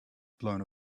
blown